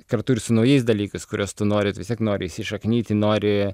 kartu ir su naujais dalykais kuriuos tu nori vis tiek nori įsišaknyti nori